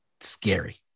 scary